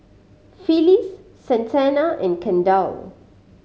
Phyllis Santana and Kendall